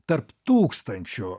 tarp tūkstančių